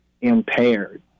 impaired